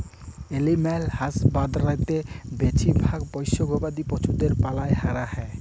animal হাসবাঁদরিতে বেছিভাগ পোশ্য গবাদি পছুদের পালল ক্যরা হ্যয়